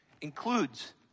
includes